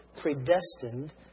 predestined